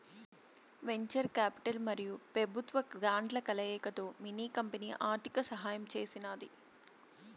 venture capital మరియు పెబుత్వ గ్రాంట్ల కలయికతో మిన్ని కంపెనీ ఆర్థిక సహాయం చేసినాది